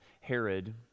Herod